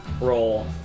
roll